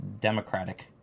Democratic